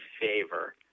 favor